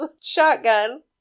shotgun